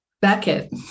Beckett